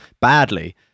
badly